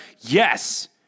Yes